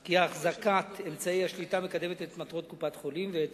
כי החזקת אמצעי השליטה מקדמת את מטרות קופת-חולים ואת